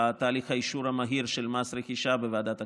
בתהליך האישור המהיר של מס רכישה בוועדת הכספים.